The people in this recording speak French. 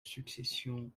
succession